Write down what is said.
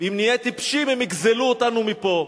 אם נהיה טיפשים, הם יגזלו אותנו מפה.